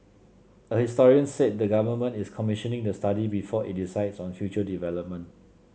a historian said the Government is commissioning the study before it decides on future development